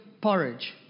porridge